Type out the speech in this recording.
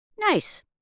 Nice